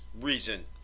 reason